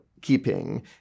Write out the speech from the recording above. keeping